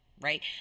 right